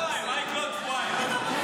מה יקרה בעוד שבועיים?